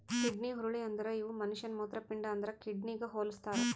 kidney ಹುರುಳಿ ಅಂದುರ್ ಇವು ಮನುಷ್ಯನ ಮೂತ್ರಪಿಂಡ ಅಂದುರ್ ಕಿಡ್ನಿಗ್ ಹೊಲುಸ್ತಾರ್